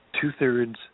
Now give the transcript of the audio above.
two-thirds